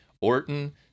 orton